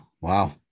Wow